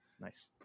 Nice